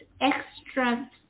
extra